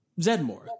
Zedmore